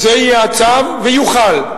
זה יהיה הצו, ויוחל.